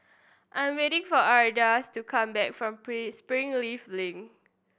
I'm waiting for Ardis to come back from Springleaf Link